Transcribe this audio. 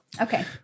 Okay